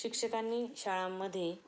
शिक्षकांनी शाळांमध्ये